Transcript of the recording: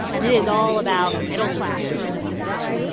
and it is all about the middle class for elizabeth warren.